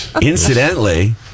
Incidentally